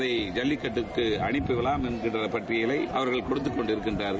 அதை ஜல்லிக்கட்டுக்கு அனுப்பலாம் என்ற பட்டியலை கொடுத்துக் கொண்டிருக்கிறார்கள்